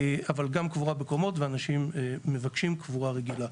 אבל גם קבורה בקומות ואנשים מבקשים קבורה רגילה.